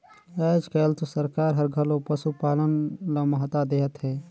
आयज कायल तो सरकार हर घलो पसुपालन ल महत्ता देहत हे